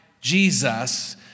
Jesus